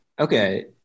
okay